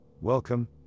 welcome